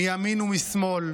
מימין ומשמאל,